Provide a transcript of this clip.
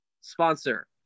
sponsor